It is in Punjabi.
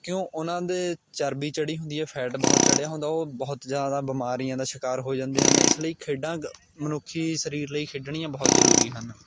ਕਿਉਂ ਉਹਨਾਂ ਦੇ ਚਰਬੀ ਚੜ੍ਹੀ ਹੁੰਦੀ ਹੈ ਫੈਟ ਬਹੁਤ ਚੜ੍ਹਿਆ ਹੁੰਦਾ ਉਹ ਬਹੁਤ ਜ਼ਿਆਦਾ ਬਿਮਾਰੀਆਂ ਦਾ ਸ਼ਿਕਾਰ ਹੋ ਜਾਂਦੇ ਹਨ ਇਸ ਲਈ ਖੇਡਾਂ ਮਨੁੱਖੀ ਸਰੀਰ ਲਈ ਖੇਡਣੀਆਂ ਬਹੁਤ ਜ਼ਰੂਰੀ ਹਨ